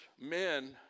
men